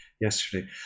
yesterday